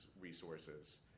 resources